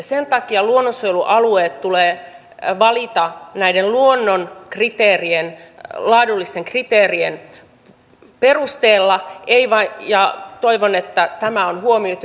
sen takia luonnonsuojelualueet tulee valita luonnon laadullisten kriteerien perusteella ja toivon että tämä on huomioitu